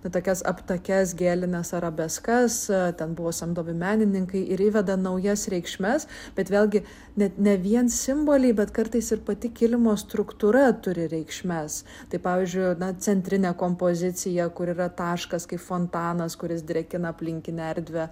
tokias aptakias gėlines arabeskas ten buvo samdomi menininkai ir įveda naujas reikšmes bet vėlgi net ne vien simboliai bet kartais ir pati kilimo struktūra turi reikšmes tai pavyzdžiui centrinė kompozicija kur yra taškas kai fontanas kuris drėkina aplinkinę erdvę